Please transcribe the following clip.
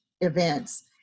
events